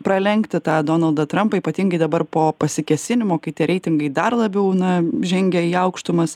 pralenkti tą donaldą trampą ypatingai dabar po pasikėsinimo kai tie reitingai dar labiau na žengia į aukštumas